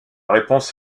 réponse